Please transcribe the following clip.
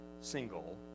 single